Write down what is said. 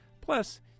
Plus